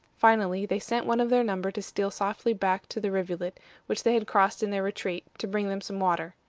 finally they sent one of their number to steal softly back to the rivulet which they had crossed in their retreat, to bring them some water.